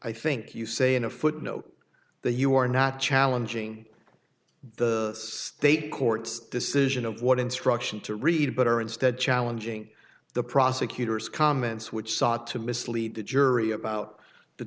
i think you say in a footnote the you are not challenging the state court's decision of what instruction to read but are instead challenging the prosecutor's comments which sought to mislead the jury about the